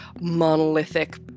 monolithic